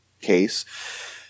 case